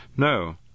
No